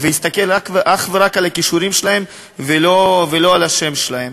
ויסתכל אך ורק על הכישורים שלהם ולא על השם שלהם.